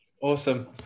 Awesome